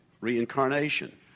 reincarnation